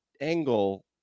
angle